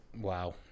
Wow